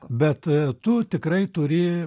bet tu tikrai turi